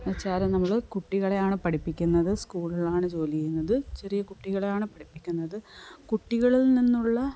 എന്നുവച്ചാൽ നമ്മൾ കുട്ടികളെയാണ് പഠിപ്പിക്കുന്നത് സ്കൂളിലാണ് ജോലി ചെയ്യുന്നത് ചെറിയ കുട്ടികളെയാണ് പഠിപ്പിക്കുന്നത് കുട്ടികളിൽ നിന്നുള്ള